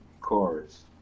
chorus